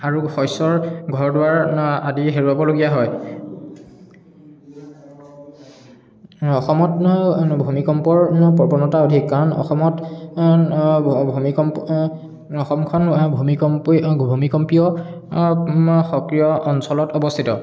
আৰু শস্যৰ ঘৰ দুৱাৰ আদি হেৰুৱাবলগীয়া হয় অসমত ভুমিকম্পৰ প্ৰৱণতা অধিক কাৰণ অসমত ভুমিকম্প অসমখন ভুমিকম্পি ভুমিকম্পীয় সক্ৰীয় অঞ্চলত অৱস্থিত